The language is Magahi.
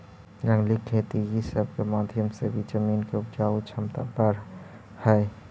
जंगली खेती ई सब के माध्यम से भी जमीन के उपजाऊ छमता बढ़ हई